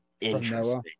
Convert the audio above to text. interesting